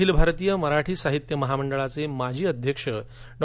अखिल भारतीय मराठी साहित्य महामंडळाचे माजी अध्यक्ष डॉ